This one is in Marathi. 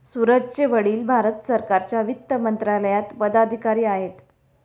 सूरजचे वडील भारत सरकारच्या वित्त मंत्रालयात पदाधिकारी आहेत